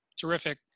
terrific